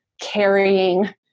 carrying